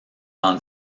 dans